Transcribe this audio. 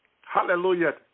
Hallelujah